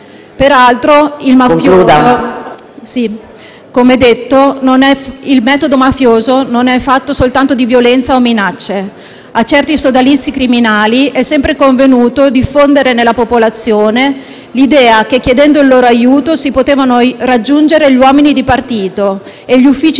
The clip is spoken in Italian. come detto, il metodo mafioso non è fatto soltanto di violenza o di minacce. A certi sodalizi criminali è sempre convenuto diffondere nella popolazione l'idea che, chiedendo il loro aiuto, si potevano raggiungere gli uomini di partito e gli uffici pubblici che erano nelle loro agende di contatti.